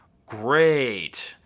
great.